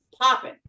popping